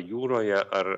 jūroje ar